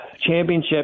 championship